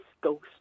ghost